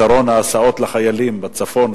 ופתרון ההסעות לחיילים בצפון,